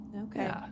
Okay